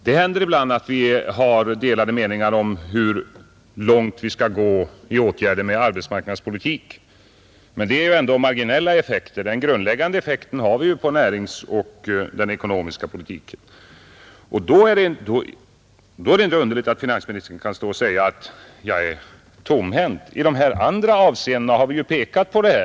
Det händer ibland att vi har delade meningar om hur långt vi skall gå i åtgärder med arbetsmarknadspolitiken. Men det är ändå fråga om marginella effekter. Den grundläggande effekten har vi ju i näringspolitiken och den ekonomiska politiken. Då är det inte underligt att finansministern kan stå och säga att jag är tomhänt. I de här andra avseendena har vi ju pekat på vad vi vill.